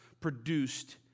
produced